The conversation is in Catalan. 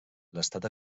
l’estat